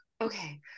okay